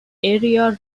area